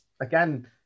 again